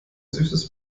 süßes